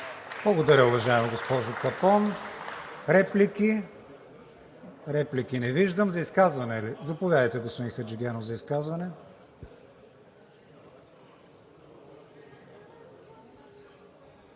Благодаря, уважаема госпожо Капон. Реплики? Не виждам. За изказване ли? Заповядайте, господин Хаджигенов, за изказване.